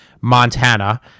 Montana